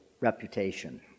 reputation